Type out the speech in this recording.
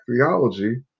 theology